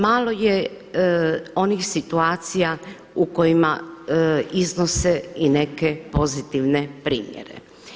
Malo je onih situacija u kojima iznose i neke pozitivne primjere.